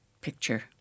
picture